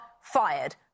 Fired